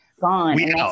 gone